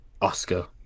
Oscar